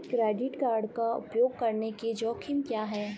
Credit card का उपयोग करने के जोखिम क्या हैं?